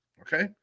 Okay